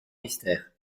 mystère